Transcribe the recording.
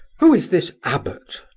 who is this abbot?